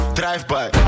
drive-by